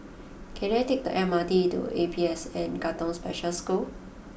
can I take the M R T to A P S N Katong Special School